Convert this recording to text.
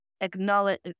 acknowledge